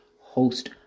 host